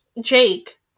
Jake